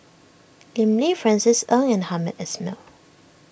Lim Lee Francis Ng and Hamed Ismail